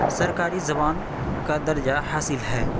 سرکاری زبان کا درجہ حاصل ہے